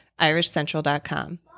irishcentral.com